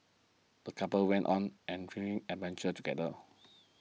the couple went on an adventure together